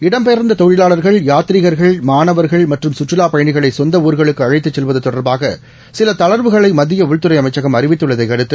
இடம்பெயர்ந்ததொழிலாளர்கள் யாக்ரீகர்கள் மாணவர்கள் சுற்றுலாப் மற்றம் பயணிகளைசொந்தஊர்களுக்கு அழைத்துசெல்வத்தொடர்பாகசிலதளர்வுகளைமத்தியஉள்துறை அமைச்சகம் அறிவித்தள்ளதைஅடுத்து